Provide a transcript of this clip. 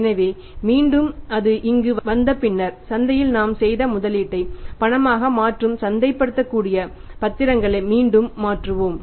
எனவே மீண்டும் அது இங்கு வந்து பின்னர் சந்தையில் நாம் செய்த முதலீட்டை பணமாக மாற்றும் சந்தைப்படுத்தக்கூடிய பத்திரங்களை மீண்டும் மாற்றுவோம்